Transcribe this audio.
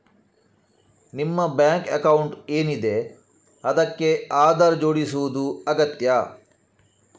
ನಿಮ್ಮ bank account ಏನಿದೆ ಅದಕ್ಕೆ ಆಧಾರ್ ಜೋಡಿಸುದು ಅಗತ್ಯ